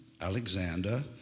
Alexander